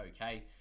okay